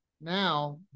now